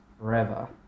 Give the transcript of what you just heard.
forever